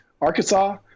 arkansas